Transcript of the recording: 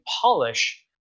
polish